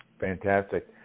fantastic